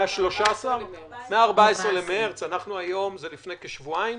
ב-14 במרס, לפני כשבועיים.